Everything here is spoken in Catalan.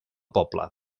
poble